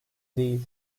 değil